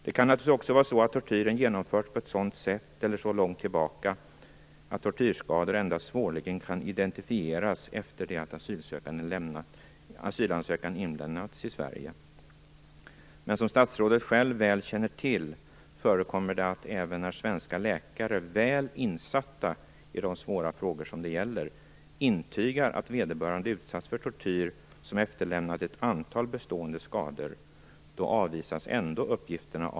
Tortyren kan också ha genomförts på ett sådant sätt eller så långt tillbaka i tiden att tortyrskador endast svårligen kan identifieras efter det att asylansökan inlämnats i Sverige. Som statsrådet själv väl känner till förekommer det att uppgifterna avvisas av utlänningsmyndigheterna, även när svenska läkare, väl insatta i de svåra frågor det gäller, intygar att vederbörande utsatts för tortyr som efterlämnat ett antal bestående skador.